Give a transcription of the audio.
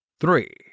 Three